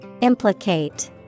Implicate